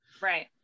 right